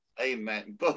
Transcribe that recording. Amen